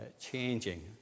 changing